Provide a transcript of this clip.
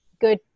good